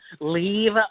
leave